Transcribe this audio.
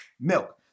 Milk